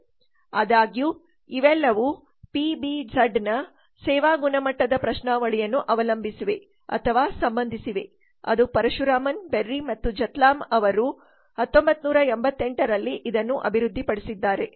ಆದಾಗ್ಯೂ ಇವೆಲ್ಲವೂ ಪಿಬಿಝಡ್ ನ ಸೇವಾ ಗುಣಮಟ್ಟದ ಪ್ರಶ್ನಾವಳಿಯನ್ನು ಅವಲಂಬಿಸಿವೆ ಅಥವಾ ಸಂಬಂಧಿಸಿವೆ ಅದು ಪರಶುರಾಮನ್ ಬೆರ್ರಿ ಮತ್ತು ಝೆಥಾಮ್ಲ್ ಅವರು 1988 ರಲ್ಲಿ ಇದನ್ನು ಅಭಿವೃದ್ಧಿಪಡಿಸಿದ್ದಾರೆ